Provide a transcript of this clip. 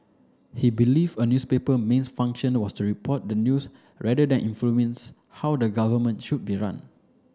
he believed a newspaper mains function was to report the news rather than influence how the government should be run